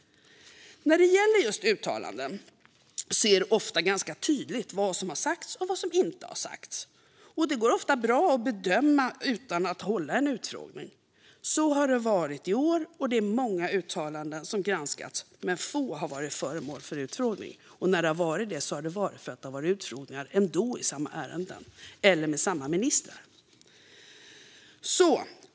När det gäller just uttalanden är det ofta ganska tydligt vad som har sagts och vad som inte har sagts. Sådant går ofta bra att bedöma utan att hålla en utfrågning. Så har det varit i år. Det är många uttalanden som granskats, men få har blivit föremål för utfrågning, och när de har tagits upp i utfrågningar har det varit för det ändå skulle ha hållits utfrågningar i samma ärende eller med samma ministrar.